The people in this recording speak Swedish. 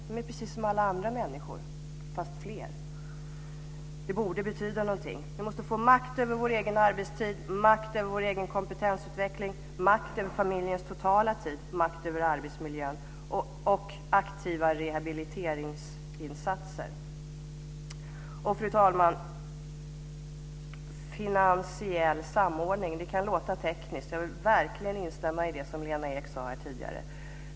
Vi är precis som alla andra människor, fast fler. Det borde betyda någonting. Vi måste makt över vår egen arbetstid, makt över vår egen kompetensutveckling, makt över familjens totala tid, makt över arbetsmiljön och aktivare rehabiliteringsinsatser. Fru talman! Det kan låta tekniskt med finansiell samordning. Jag vill verkligen instämma i det som Lena Ek sade här tidigare.